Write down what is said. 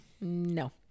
No